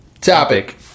topic